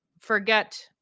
forget